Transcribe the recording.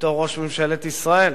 בתור ראש ממשלת ישראל.